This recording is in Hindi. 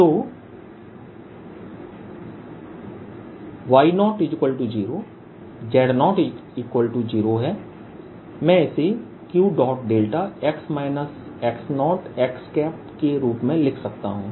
तो y00 z00 है मैं इसे Qδके रूप में लिख सकता हूं